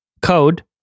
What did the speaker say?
Code